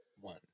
one